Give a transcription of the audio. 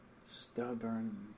stubborn